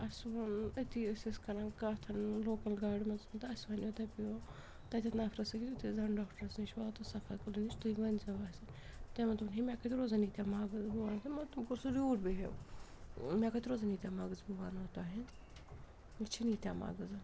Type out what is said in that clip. اَسہِ ووٚن أتی ٲسۍ أسۍ کَران کَتھ لوکَل گاڑِ منٛز تہٕ اَسہِ وَنیو دَپییو تَتٮ۪تھ نفرس أکِس یُتھٕے أسۍ دنٛد ڈاکٹَرس نِش واتو صفا کٔدٕل نِش تُہۍ ؤنۍزیو اَسٮ۪ن تٔمۍ ووٚن دوٚپُن ہے مےٚ کتہِ روزَن ییٖتیٛاہ مغٕز بہٕ وَنو تۄہہِ مہ تٔمۍ کوٚر سُہ ریوٗڈ بہیو مےٚ کَتہِ روزَن ییٖتیٛاہ مغٕز بہٕ وَنو تۄہہِ مےٚ چھِنہٕ ییٖتیٛاہ مغٕزَن